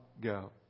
go